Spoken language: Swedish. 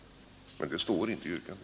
Men det står inte i yrkandet.